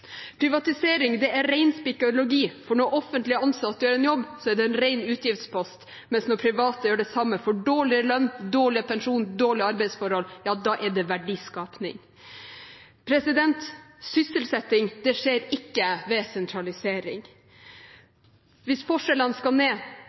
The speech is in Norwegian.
Privatisering er reinspikka ideologi, for når offentlig ansatte gjør en jobb, er det en ren utgiftspost, mens når privat ansatte gjør det samme, for dårligere lønn, dårligere pensjon, dårligere arbeidsforhold, ja, da er det verdiskaping. Sysselsetting skjer ikke ved sentralisering.